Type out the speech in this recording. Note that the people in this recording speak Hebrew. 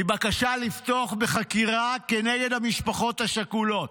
מבקשה לפתוח בחקירה נגד המשפחות השכולות.